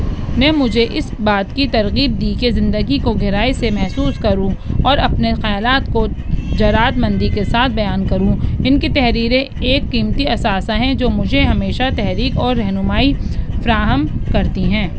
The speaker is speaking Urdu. نے مجھے اس بات کی ترغیب دی کہ زندگی کو گہرائی سے محسوس کروں اور اپنے خیالات کو جرات مندی کے ساتھ بیان کروں ان کی تحریریں ایک قیمتی اثاثہ ہیں جو مجھے ہمیشہ تحریک اور رہنمائی فراہم کرتی ہیں